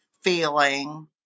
feeling